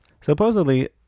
Supposedly